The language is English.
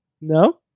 No